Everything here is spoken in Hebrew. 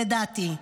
לדעתי.